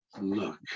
look